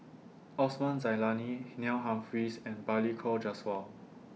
Osman Zailani Neil Humphreys and Balli Kaur Jaswal